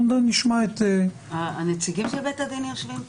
נשמע את --- הנציגים של בית הדין יושבים פה.